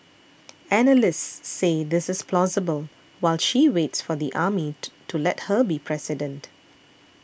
analysts say this is plausible while she waits for the army to to let her be president